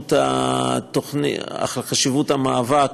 חשיבות המאבק